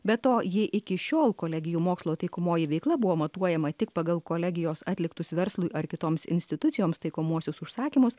be to ji iki šiol kolegijų mokslo taikomoji veikla buvo matuojama tik pagal kolegijos atliktus verslui ar kitoms institucijoms taikomuosius užsakymus